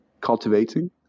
cultivating